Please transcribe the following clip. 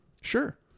Sure